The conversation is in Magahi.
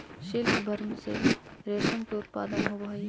सिल्कवर्म से रेशम के उत्पादन होवऽ हइ